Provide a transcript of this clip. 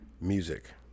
music